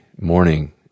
morning